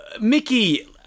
Mickey